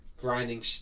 grinding